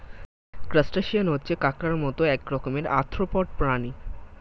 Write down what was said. crustacean হচ্ছে কাঁকড়ার মত এক রকমের আর্থ্রোপড প্রাণী